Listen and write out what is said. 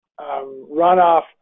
runoff